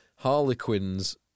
Harlequins